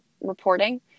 reporting